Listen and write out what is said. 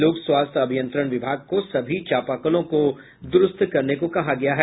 लोक स्वास्थ्य अभियंत्रण विभाग को सभी चापाकलों को दुरुस्त करने को कहा गया है